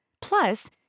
Plus